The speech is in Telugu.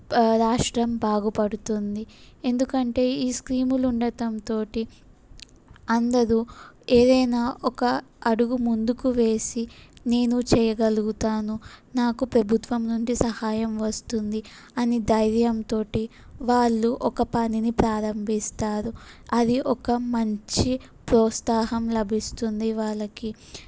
రాష్ట్రం బాగుపడుతుంది ఎందుకంటే ఈ స్కీములు ఉండటంతో అందరు ఏదన్న ఒక అడుగు ముందుకు వేసి నేను చేయగలుగుతాను నాకు ప్రభుత్వము నుండి సహాయం వస్తుంది అని ధైర్యంతో వాళ్ళు ఒక పనిని ప్రారంభిస్తారు అది ఒక మంచి ప్రోత్సాహం లభిస్తుంది వాళ్ళకి